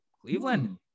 Cleveland